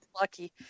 lucky